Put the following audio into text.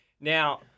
Now